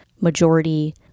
majority